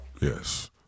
Yes